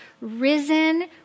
risen